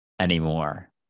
anymore